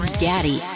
Gaddy